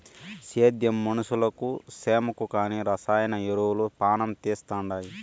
సేద్యం మనుషులకు సేమకు కానీ రసాయన ఎరువులు పానం తీస్తండాయి